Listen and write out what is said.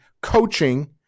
coaching